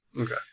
Okay